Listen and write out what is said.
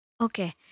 okay